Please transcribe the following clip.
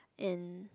and